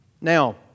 Now